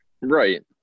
Right